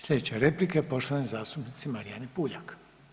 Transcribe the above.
Sljedeća replika je poštovane zastupnice Marijane Puljak.